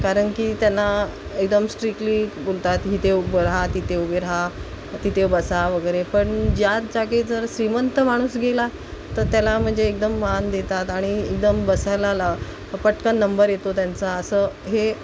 कारण की त्यांना एकदम स्ट्रिकली बोलतात इथे उभं राहा तिथे उभे राहा तिथे बसा वगैरे पण ज्या जागे जर श्रीमंत माणूस गेला तर त्याला म्हणजे एकदम मान देतात आणि एकदम बसायला पटकन नंबर येतो त्यांचा असं हे